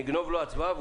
אני אגנוב לו הצבעה.